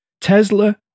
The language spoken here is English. Tesla